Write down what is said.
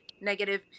negative